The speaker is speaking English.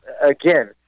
again